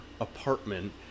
apartment